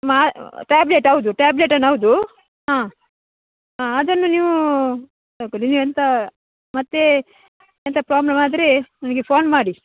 ಮಾ ಟ್ಯಾಬ್ಲೆಟ್ ಹೌದು ಟ್ಯಾಬ್ಲೆಟನ್ನು ಹೌದು ಹಾಂ ಹಾಂ ಅದನ್ನು ನೀವು ತಗೊಳ್ಳಿ ನೀವು ಎಂಥ ಮತ್ತೆ ಎಂಥಾ ಪ್ರಾಬ್ಲಮ್ ಆದರೆ ನನಗೆ ಫೋನ್ ಮಾಡಿ